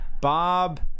Bob